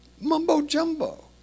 mumbo-jumbo